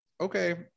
okay